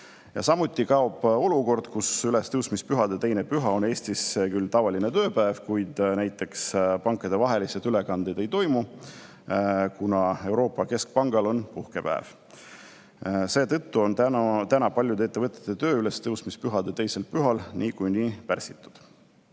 Samuti kaob olukord, kus ülestõusmispühade teine püha on Eestis küll tavaline tööpäev, kuid näiteks pankadevahelisi ülekandeid ei toimu, kuna Euroopa Keskpangal on puhkepäev. Seetõttu on paljude ettevõtete töö ülestõusmispühade teisel pühal niikuinii pärsitud.